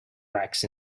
rex